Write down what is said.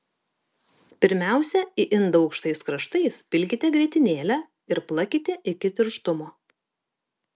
pirmiausia į indą aukštais kraštais pilkite grietinėlę ir plakite iki tirštumo